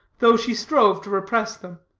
though she strove to repress them.